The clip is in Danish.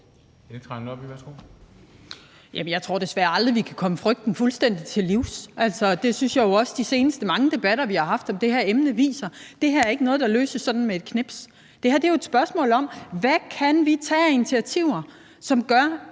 Jeg tror desværre aldrig, vi kan komme frygten fuldstændig til livs. Det synes jeg jo også de seneste mange debatter, vi har haft om det her emne, viser. Det her er ikke noget, der løses med et fingerknips. Det her er jo et spørgsmål om, hvad vi kan tage af initiativer, som gør,